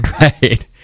Right